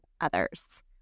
others